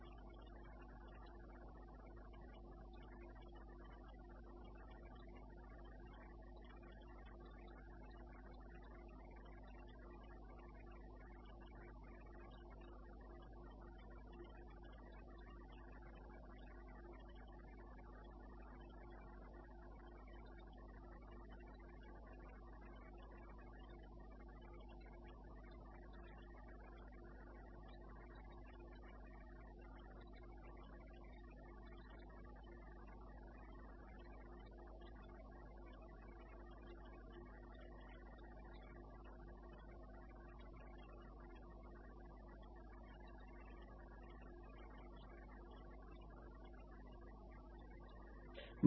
8 amps